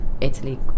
Italy